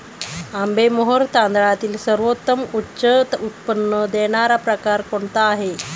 आंबेमोहोर तांदळातील सर्वोत्तम उच्च उत्पन्न देणारा प्रकार कोणता आहे?